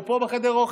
הוא פה, בחדר האוכל.